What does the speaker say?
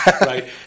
Right